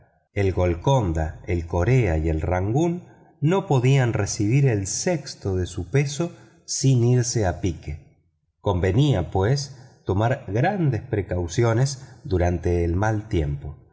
el golconda el corea y el rangoon no podrían recibir el sexto de su peso sin irse a pique convenía pues tomar grandes precauciones durante el mal tiempó